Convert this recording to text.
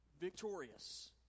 victorious